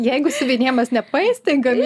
jeigu siuvinėjamas nepaeis tai gali